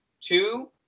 Two